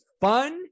Fun